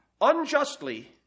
unjustly